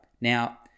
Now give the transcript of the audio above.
Now